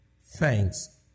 Thanks